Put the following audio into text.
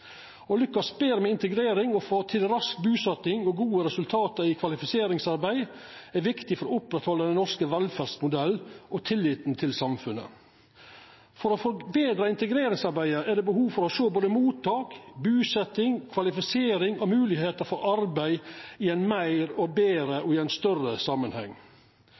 Å lykkast betre med integrering og få til rask busetjing og gode resultat i kvalifiseringsarbeid er viktig for å oppretthalda den norske velferdsmodellen og tilliten til samfunnet. For å forbetra integreringsarbeidet er det behov for å sjå både mottak, busetjing, kvalifisering og moglegheiter for arbeid i ein betre og større samanheng.